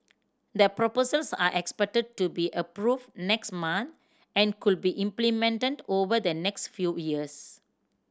the proposals are expected to be approved next month and could be implemented over the next few years